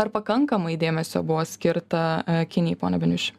ar pakankamai dėmesio buvo skirta e kinijai pone beniuši